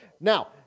Now